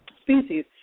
species